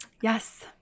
Yes